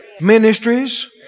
ministries